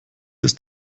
ist